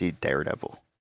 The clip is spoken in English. Daredevil